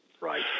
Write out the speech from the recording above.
Right